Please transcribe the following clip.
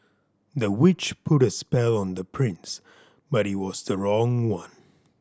the witch put a spell on the prince but it was the wrong one